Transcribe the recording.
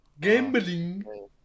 gambling